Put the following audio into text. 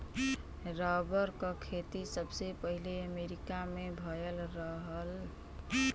rubber क खेती सबसे पहिले अमरीका में भयल रहल